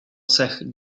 cech